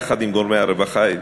יחד עם גורמי הרווחה,